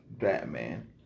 Batman